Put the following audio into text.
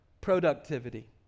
productivity